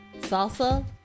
salsa